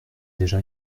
déjà